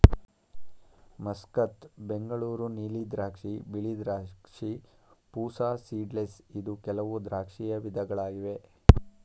Muscat, Bengaluru ನೀಲಿ ದ್ರಾಕ್ಷಿ, ಬಿಳಿ ದ್ರಾಕ್ಷಿ, ಪೂಸಾ ಸೀಡ್ಲೆಸ್ ಇದು ಕೆಲವು ದ್ರಾಕ್ಷಿಯ ವಿಧಗಳಾಗಿವೆ